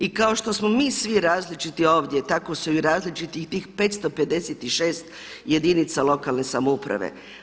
I kao što smo mi svi različiti ovdje tako su i različite i tih 556 jedinica lokalne samouprave.